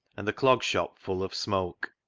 and the clog shop full of smoke.